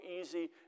easy